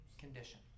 condition